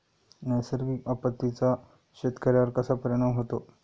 नैसर्गिक आपत्तींचा शेतकऱ्यांवर कसा परिणाम होतो?